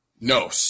No